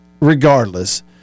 regardless